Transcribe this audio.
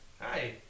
Hi